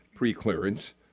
pre-clearance